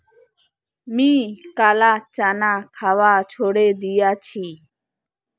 मी काला चना खवा छोड़े दिया छी